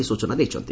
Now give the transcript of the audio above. ଏହି ସ୍ଚନା ଦେଇଛନ୍ତି